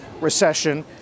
recession